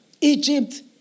Egypt